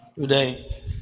today